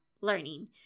learning